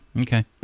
okay